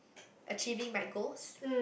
achieving my goals